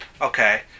Okay